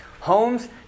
homes